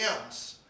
hands